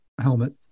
Helmet